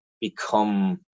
become